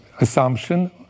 assumption